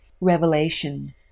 Revelation